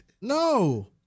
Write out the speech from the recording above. No